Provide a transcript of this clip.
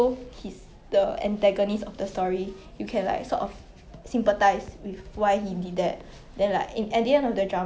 mm true true